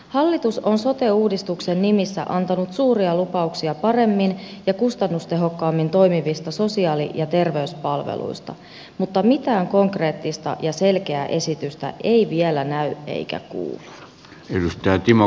hallitus on sote uudistuksen nimissä antanut suuria lupauksia paremmin ja kustannustehokkaammin toimivista sosiaali ja terveyspalveluista mutta mitään konkreettista ja selkeää esitystä ei vielä näy eikä kuulu